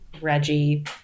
Reggie